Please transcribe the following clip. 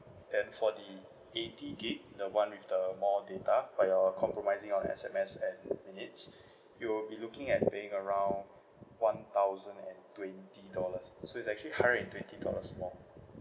then for the eighty gig the one with the more data but you're compromising on S_M_S and minutes you'll be looking at paying around one thousand and twenty dollars so it's actually hundred and twenty dollars more